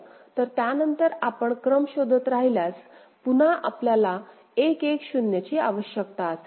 तर त्यानंतर आपण क्रम शोधत राहिल्यास पुन्हा आपल्याला 1 1 0 ची आवश्यकता असेल